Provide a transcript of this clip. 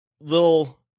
little